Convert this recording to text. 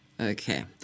Okay